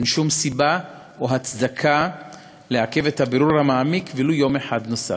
אין שום סיבה או הצדקה לעכב את הבירור המעמיק ולו יום אחד נוסף.